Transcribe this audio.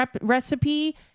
recipe